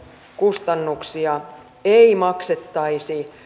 kustannuksia ei maksettaisi